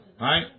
right